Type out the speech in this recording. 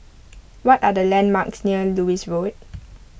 what are the landmarks near Lewis Road